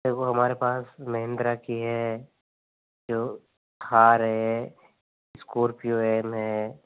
देखो हमारे पास महिंद्रा की है जो थार है स्कॉर्पियो है